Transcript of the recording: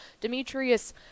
Demetrius